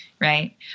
right